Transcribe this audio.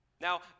Now